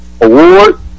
award